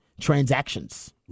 transactions